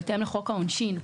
בהתאם לחוק העונשין,